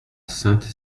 sainte